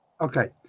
Okay